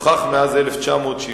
הוכח מאז 1973,